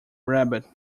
rabbit